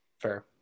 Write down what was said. fair